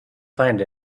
find